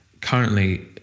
currently